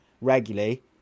regularly